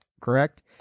correct